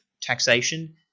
taxation